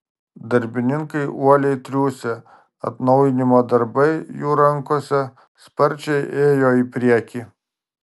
darbininkai uoliai triūsė atnaujinimo darbai jų rankose sparčiai ėjo į priekį